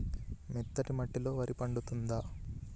మెత్తటి మట్టిలో వరి పంట పండుద్దా?